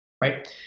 Right